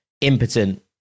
impotent